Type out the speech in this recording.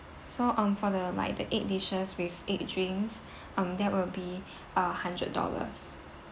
so um for the like the eight dishes with eight drinks um that will be uh hundred dollar